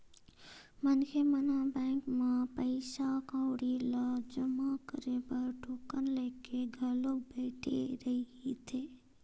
मनखे मन ह बैंक म पइसा कउड़ी ल जमा करे बर टोकन लेके घलोक बइठे रहिथे